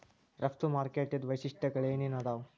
ರಫ್ತು ಮಾರುಕಟ್ಟಿದ್ ವೈಶಿಷ್ಟ್ಯಗಳೇನೇನ್ ಆದಾವು?